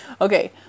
Okay